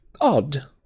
odd